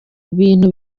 ibintu